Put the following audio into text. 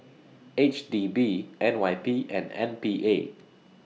H D B N Y P and M P A